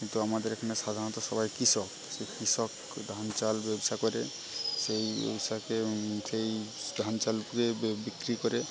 কিন্তু আমাদের এখানে সাধারণত সবাই কৃষক সেই কৃষক ধান চাল ব্যবসা করে সেই ব্যবসাকে সেই ধান চালের বে বিক্রি করে